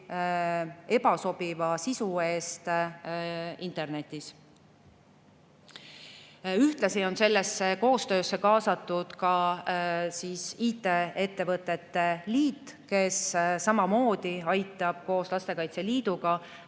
ebasobiva sisu eest internetis. Ühtlasi on sellesse koostöösse kaasatud ka IT-ettevõtete liit, kes samamoodi aitab koos Lastekaitse Liiduga